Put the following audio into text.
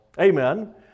Amen